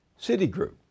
Citigroup